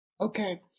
Okay